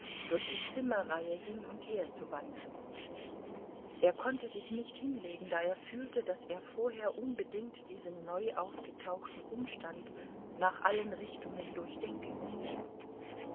durch die zimmerreihe hin und her zu wandern er konnte sich nicht hinlegen da er fühlte daß er vorher unbedingt diesen neu aufgetauchten umstand nach allen richtungen durchdenken müsse